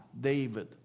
David